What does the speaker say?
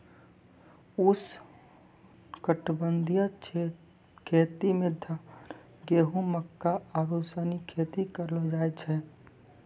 उष्णकटिबंधीय खेती मे धान, गेहूं, मक्का आरु सनी खेती करलो जाय छै